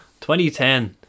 2010